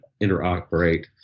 interoperate